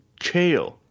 Chael